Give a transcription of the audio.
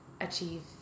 achieve